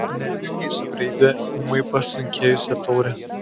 nervingai sugraibė ūmai pasunkėjusią taurę